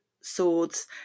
Swords